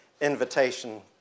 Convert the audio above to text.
invitation